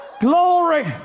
Glory